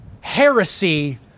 Heresy